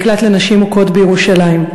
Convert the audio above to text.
במקלט לנשים מוכות בירושלים.